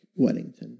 Weddington